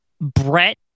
Brett